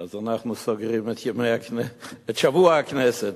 אנחנו סוגרים את ימי הכנסת, את שבוע הכנסת,